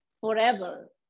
forever